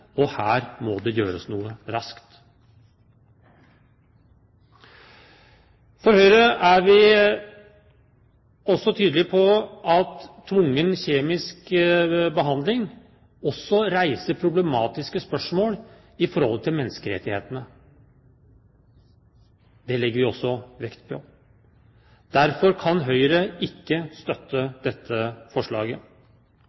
og her må det gjøres noe raskt. Fra Høyres side er vi tydelige på at tvungen kjemisk behandling også reiser problematiske spørsmål i forhold til menneskerettighetene. Det legger vi også vekt på. Derfor kan ikke Høyre støtte